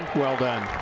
well done. a